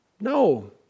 No